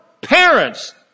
parents